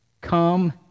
come